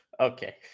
okay